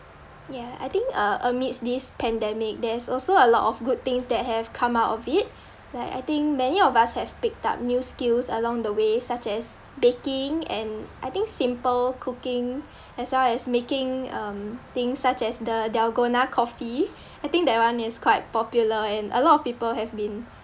ya I think uh amidst this pandemic there is also a lot of good things that have come out of it like I think many of us have picked up new skills along the way such as baking and I think simple cooking as well as making um things such as the dalgona coffee I think that one is quite popular and a lot of people have been